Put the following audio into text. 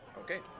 Okay